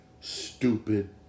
stupid